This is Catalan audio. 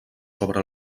sobre